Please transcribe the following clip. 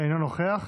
אינו נוכח.